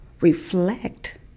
reflect